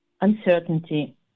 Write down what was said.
Uncertainty